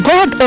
God